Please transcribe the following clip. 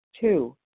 Two